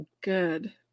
good